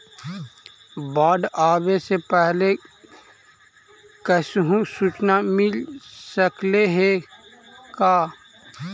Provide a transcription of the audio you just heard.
बाढ़ आवे से पहले कैसहु सुचना मिल सकले हे का?